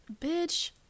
bitch